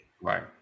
Right